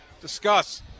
Discuss